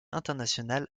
internationale